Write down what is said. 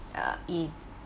uh it